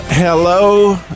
Hello